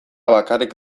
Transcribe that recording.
bakarrik